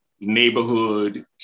neighborhood